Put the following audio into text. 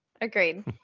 Agreed